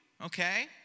Okay